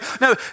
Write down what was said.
No